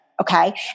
okay